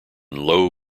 low